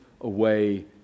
away